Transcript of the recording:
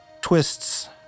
twists